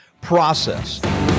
process